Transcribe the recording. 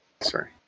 Sorry